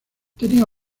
tenía